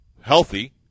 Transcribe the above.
Healthy